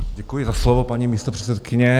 Děkuji za slovo, paní místopředsedkyně.